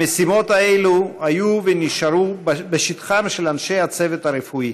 המשימות האלה היו ונשארו בשטחם של אנשי הצוות הרפואי,